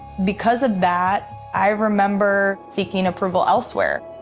because of that, i remember seeking approval elsewhere